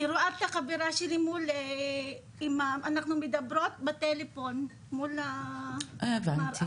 אני רואה את החברה שלי ואנחנו מדברות בטלפון מול המראה,